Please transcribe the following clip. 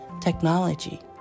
technology